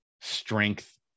strength